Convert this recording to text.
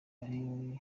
ari